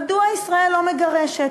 מדוע ישראל לא מגרשת?